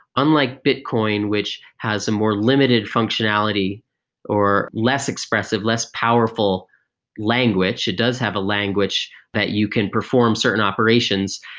unlike bitcoin, which has a more limited functionality or less expressive, less powerful language. it does have a language that you can perform certain operations,